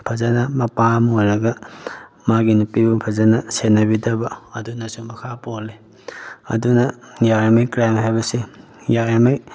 ꯐꯖꯅ ꯃꯄꯥ ꯑꯃ ꯑꯣꯏꯔꯒ ꯃꯥꯒꯤ ꯅꯨꯄꯤꯕꯨ ꯐꯖꯅ ꯁꯦꯟꯅꯕꯤꯗꯕ ꯑꯗꯨꯅꯁꯨ ꯃꯈꯥ ꯄꯣꯜꯂꯤ ꯑꯗꯨꯅ ꯌꯥꯔꯤꯉꯩ ꯀ꯭ꯔꯥꯏꯝ ꯍꯥꯏꯕꯁꯤ ꯌꯥꯔꯤꯉꯩ